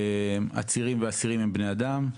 עצירים ואסירים הם בני אדם.